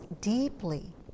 deeply